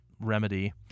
remedy